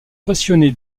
passionné